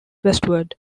westward